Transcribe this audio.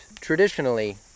traditionally